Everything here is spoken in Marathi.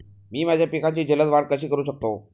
मी माझ्या पिकांची जलद वाढ कशी करू शकतो?